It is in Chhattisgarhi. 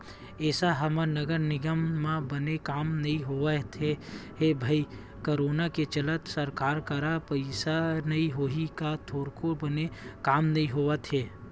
एसो हमर नगर निगम म बने काम नइ होवत हे रे भई करोनो के चलत सरकार करा पइसा नइ होही का थोरको बने काम नइ होवत हे